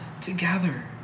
together